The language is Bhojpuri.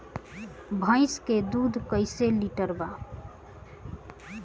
भैंस के दूध कईसे लीटर बा?